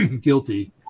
guilty